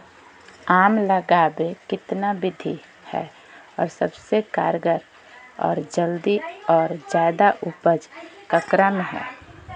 आम लगावे कितना विधि है, और सबसे कारगर और जल्दी और ज्यादा उपज ककरा में है?